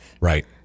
Right